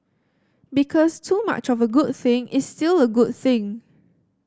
because too much of a good thing is still a good thing